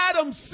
Adam